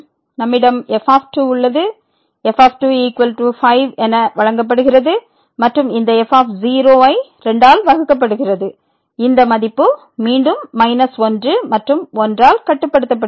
நம்மிடம் f உள்ளது f 5 என வழங்கப்படுகிறது மற்றும் இந்த f ஐ 2 ஆல் வகுக்கப்படுகிறது இந்த மதிப்பு மீண்டும் மைனஸ் 1 மற்றும் 1 ஆல் கட்டுப்படுத்தப்படுகிறது